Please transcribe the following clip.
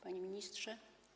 Panie Ministrze!